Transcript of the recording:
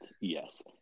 yes